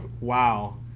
wow